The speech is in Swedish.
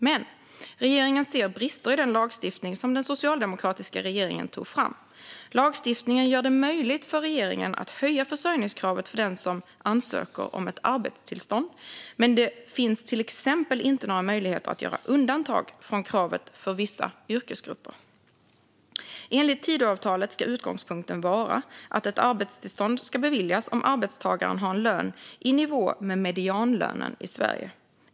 Men regeringen ser brister i den lagstiftning som den socialdemokratiska regeringen tog fram. Lagstiftningen gör det möjligt för regeringen att höja försörjningskravet för den som ansöker om ett arbetstillstånd, men det finns till exempel inte några möjligheter att göra undantag från kravet för vissa yrkesgrupper. Enligt Tidöavtalet ska utgångspunkten vara att ett arbetstillstånd ska beviljas om arbetstagaren har en lön i nivå med medianlönen i Sverige.